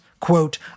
quote